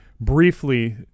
briefly